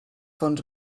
fons